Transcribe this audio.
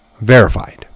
verified